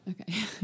okay